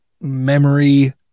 memory